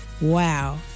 Wow